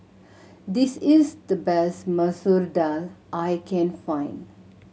this is the best Masoor Dal I can find